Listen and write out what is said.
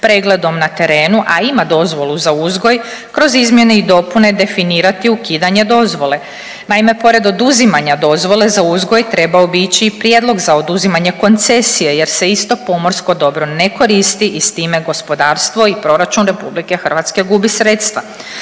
pregledom na terenu, a ima dozvolu za uzgoj kroz izmjene i dopune definirati ukidanje dozvole. Naime, pored oduzimanja dozvole za uzgoj trebao bi ići i prijedlog za oduzimanje koncesije jer se isto pomorsko dobro ne koristi i s time gospodarstvo i proračun Republike Hrvatske gubi sredstva,